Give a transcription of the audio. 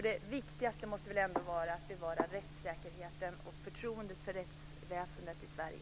Det viktigaste måste väl ändå vara att bevara rättssäkerheten och förtroendet för rättsväsendet i Sverige.